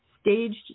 staged